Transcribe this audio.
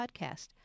podcast